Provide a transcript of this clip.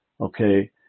okay